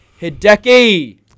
Hideki